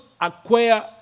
acquire